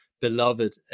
beloved